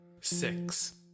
six